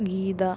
Geetha